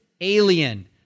alien